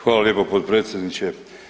Hvala lijepa potpredsjedniče.